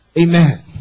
Amen